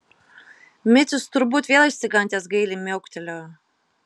micius turbūt vėl išsigandęs gailiai miauktelėjo